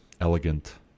elegant